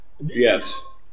Yes